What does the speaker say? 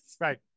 right